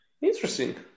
interesting